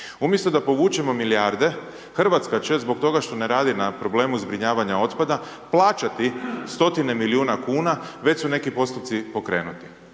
Umjesto da povučemo milijarde, RH će zbog toga što ne radi na problemu zbrinjavanja otpada, plaćati stotine milijuna kuna, već su neki postupci pokrenuti.